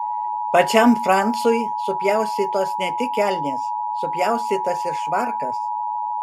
pačiam francui supjaustytos ne tik kelnės supjaustytas ir švarkas